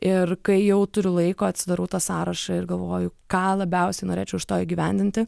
ir kai jau turiu laiko atsidarau tą sąrašą ir galvoju ką labiausiai norėčiau iš to įgyvendinti